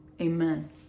Amen